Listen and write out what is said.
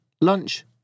lunch